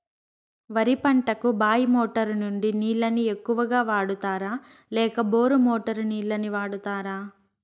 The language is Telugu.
వరి పంటకు బాయి మోటారు నుండి నీళ్ళని ఎక్కువగా వాడుతారా లేక బోరు మోటారు నీళ్ళని వాడుతారా?